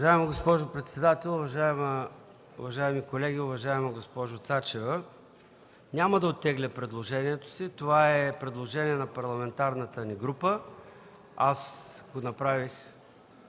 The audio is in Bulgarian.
Уважаема госпожо председател, уважаеми колеги, уважаема госпожо Цачева! Няма да оттегля предложението си. Това е предложение на парламентарната ни група. Направих